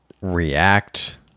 react